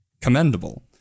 commendable